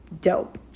dope